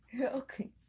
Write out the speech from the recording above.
Okay